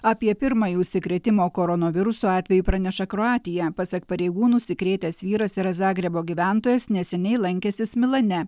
apie pirmąjį užsikrėtimo koronavirusu atvejį praneša kroatija pasak pareigūnų užsikrėtęs vyras yra zagrebo gyventojas neseniai lankęsis milane